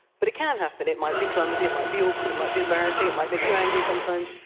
but it can happen. it might be clumsy, it might be awkward, it might be embarrassing. it might make you angry sometimes.